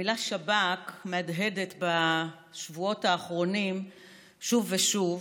המילה שב"כ מהדהדת בשבועות האחרונים שוב ושוב,